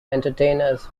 entertainers